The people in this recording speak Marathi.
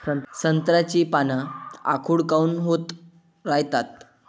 संत्र्याची पान आखूड काऊन होत रायतात?